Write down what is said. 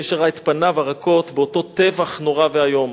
מי שראה את פניו הרכות באותו טבח נורא ואיום.